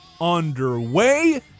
underway